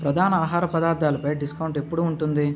ప్రధాన ఆహార పదార్థాలుపై డిస్కౌంట్ ఎప్పుడు ఉంటుంది